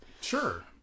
Sure